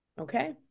Okay